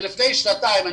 לפני שנתיים,